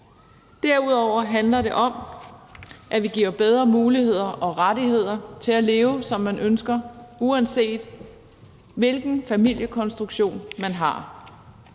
Derudover handler det om, at vi giver bedre muligheder og rettigheder til at leve, som man ønsker, uanset hvilken familiekonstruktion man har.